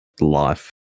life